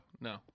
no